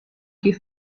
que